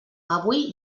avui